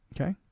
Okay